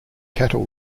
cattle